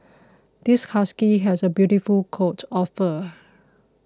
this husky has a beautiful coat of fur